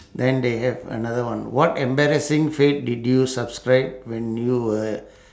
then they have another one what embarrassing fad did you subscribe when you were